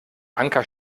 anker